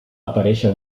aparèixer